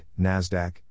NASDAQ